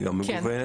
כן,